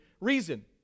reason